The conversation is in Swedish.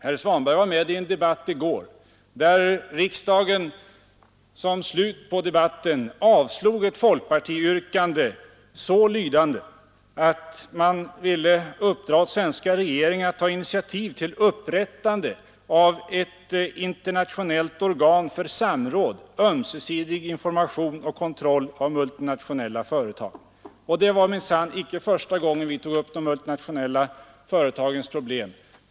Herr Svanberg var i går med i en debatt, efter vilken riksdagen avslog ett folkpartiyrkande som innebar att man skulle uppdra åt den svenska regeringen att ta initiativ till upprättande av ett internationellt organ för samråd, ömsesidig information och kontroll av multinationella företag. Det var för övrigt ingalunda första gången vi tog upp de multinationella företagens problem här i riksdagen.